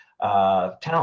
talent